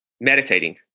Meditating